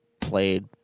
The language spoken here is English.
played